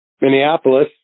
Minneapolis